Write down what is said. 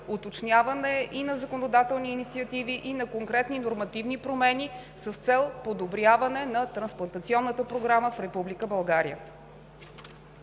уточняване и на законодателни инициативи, и на конкретни нормативни промени с цел подобряване на Трансплантационната програма в